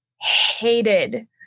hated